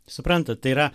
suprantat tai yra